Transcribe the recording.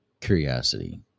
curiosity